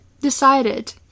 decided